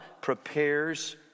prepares